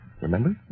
Remember